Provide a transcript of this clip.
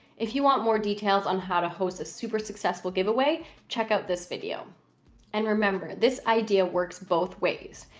if you want more details on how to host a super successful giveaway check out this video and remember this idea works both ways.